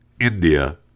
India